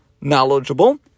knowledgeable